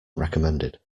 recommended